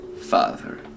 Father